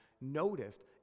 noticed